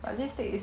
ya